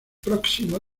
próximo